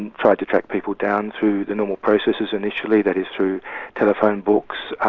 and tried to track people down through the normal processes initially, that is through telephone books,